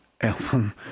album